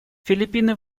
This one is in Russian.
филиппины